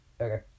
Okay